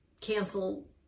cancel